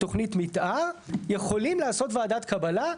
תוכנית מתאר - יכולים לעשות ועדת קבלה.